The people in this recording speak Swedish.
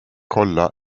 kolla